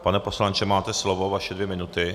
Pane poslanče, máte slovo, vaše dvě minuty.